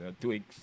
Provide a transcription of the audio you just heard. twigs